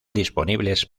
disponibles